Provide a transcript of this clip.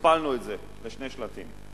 הכפלנו את זה לשני שלטים.